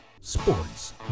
Sports